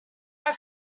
had